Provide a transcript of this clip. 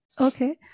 Okay